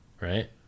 right